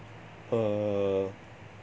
err